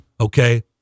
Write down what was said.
Okay